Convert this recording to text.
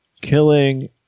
killing